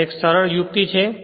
આ એક સરળ યુક્તિ છે